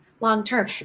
long-term